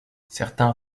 certains